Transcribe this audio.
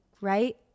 right